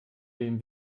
den